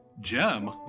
Gem